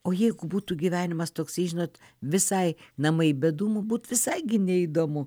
o jeigu būtų gyvenimas toksai žinot visai namai be dūmų būt visai gi neįdomu